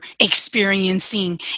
experiencing